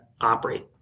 operate